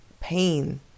pain